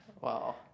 Wow